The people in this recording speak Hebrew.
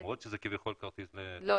לא.